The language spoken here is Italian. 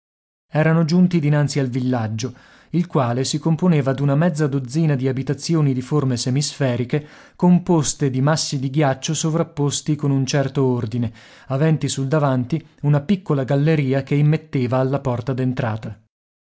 erano giunti dinanzi al villaggio il quale si componeva d'una mezza dozzina di abitazioni di forme semisferiche composte di massi di ghiaccio sovrapposti con un certo ordine aventi sul davanti una piccola galleria che immetteva alla porta